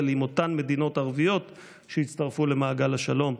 עם אותן מדינות ערביות שהצטרפו למעגל השלום,